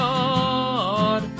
God